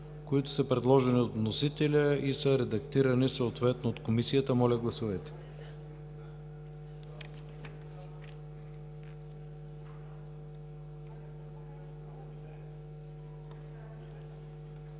които са предложени от вносителя и са редактирани от Комисията. Моля, гласувайте.